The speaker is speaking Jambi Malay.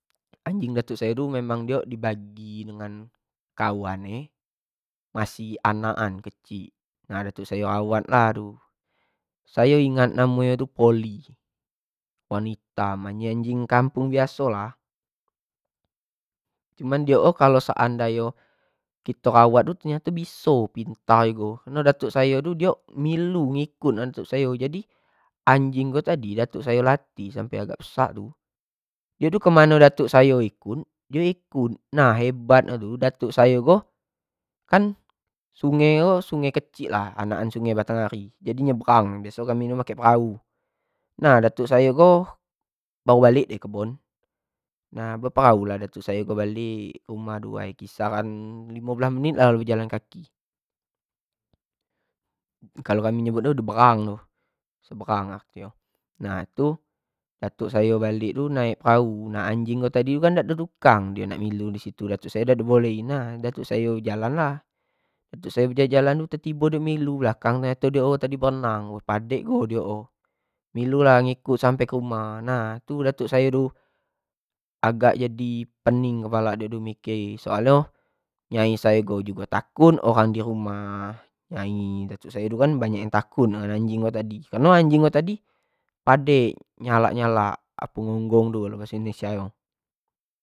Anjing datuk sayo tu di bgai samo kawan ne masih anak an kecik, nah datuk sayo rawat tu, sayo ingat namo nyo tu poli, warno itam anjing-anjing biaso lah, cuma diok o kalua seandai nyai kito rawat tu ternyato biso, pintar jugo kareno datuk sayo tu milu ngikut datuk sayo jadi, anjing ko tadi datuk sayo latih sampe gak besar tu jadi kemano datuk sayo pergi dio ikut, nah hebat nyo ko datuk sayo ko kan ado sunge-sunge nyo kecik lah, anak an sunge batang hari jadi nyebrang, biaso kami ko make perahu, nah datuk sayo ko baru balek dari kebon, nah beperahu lah datuk sayo ko balek kerumah, ado lah sekitaran limo belas menit lah bejalan kaki, kalau nyebut nyo nyebrang itu, nyebrang arti nyo, nah itu datuk sayo balek ko balek naik perahu, nah anjing ko dak do rukang nak milu di situ datuk sayo dak bolehin nah, datuk sayo bejalan tu tibo-tibo dio milu di belakang, dio tadi berenang, yo padek jugo diok o, milu lah ngikut sampe rumah, nah datuk sayo agak jadi pening palak dio jadi mikie soal nyo nyai sayo jugo takut orang dirumah nyai datuk ko kan banyak yang takut samo anjing tadi, kareno anjing ko tadi padek nyalk-nyalak apo ngunggung tu bahaso indonesia nyo.